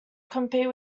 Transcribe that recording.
compete